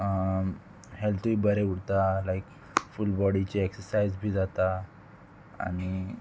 हेल्थूय बरें उरता लायक फूल बॉडीचे एक्ससायज बी जाता आनी